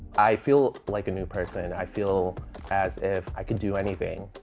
i feel like a new person. i feel as if i could do anything.